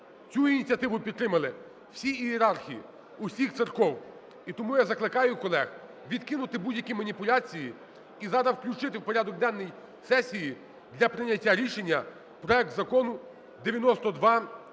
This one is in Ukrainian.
Цю ініціативу підтримали всі ієрархи, усіх церков. І тому я закликаю колег відкинути будь-які маніпуляції і включити зараз в порядок денний сесії для прийняття рішення проект Закону 9208.